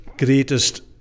greatest